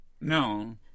No